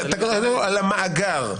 על המאגר,